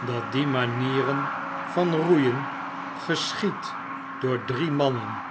dat die manier van roeien geschiedt door drie mannen